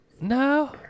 No